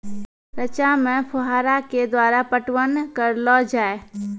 रचा मे फोहारा के द्वारा पटवन करऽ लो जाय?